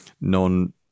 non-